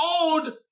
old